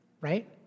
right